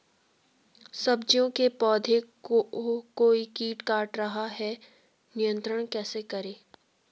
सब्जियों के पौधें को कोई कीट काट रहा है नियंत्रण कैसे करें?